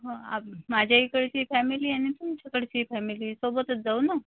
माझ्या इकडची फॅमिली आणि तुमच्याकडची फॅमिली सोबतच जाऊ ना